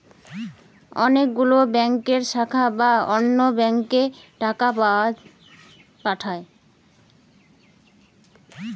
অনেক গুলো ব্যাংকের শাখা বা অন্য ব্যাংকে টাকা পাঠায়